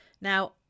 Now